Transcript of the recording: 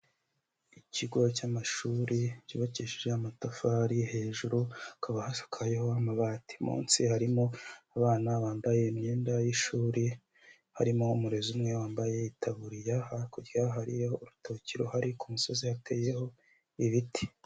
Ikigo cy'amashuri cyubakishije amatafari, hejuru hakaba hasakayeho amabati, munsi harimo abana bambaye imyenda y'ishuri, harimo umurezi umwe wambaye itaburiya, hakurya hariho urutoki ruhari, ku musozi yateyeho ibiti.